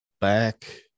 back